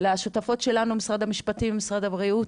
לשותפות שלנו במשרד המשפטים ובמשרד הבריאות,